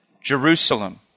Jerusalem